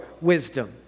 wisdom